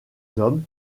hommes